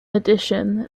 addition